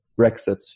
Brexit